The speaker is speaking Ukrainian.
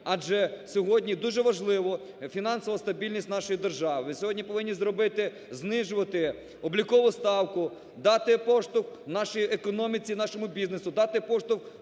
Адже сьогодні дуже важливо фінансова стабільність нашої держави і сьогодні повинні зробити знижувати облікову ставку, дати поштовх нашій економіці, нашому бізнесу, дати поштовх